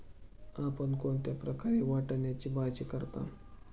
आपण कोणत्या प्रकारे वाटाण्याची भाजी करता?